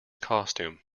costume